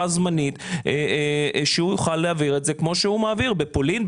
זמנית שהוא יוכל להעביר את זה כמו שהוא מעביר בפולין,